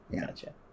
gotcha